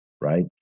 right